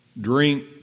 drink